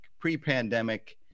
pre-pandemic